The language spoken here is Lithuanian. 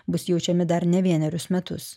bus jaučiami dar ne vienerius metus